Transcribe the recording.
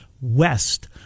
west